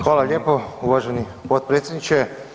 Hvala lijepo uvaženi potpredsjedniče.